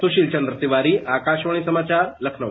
सुशीलचंद्र तिवारी आकाशवाणी समाचार लखनऊ